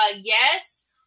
yes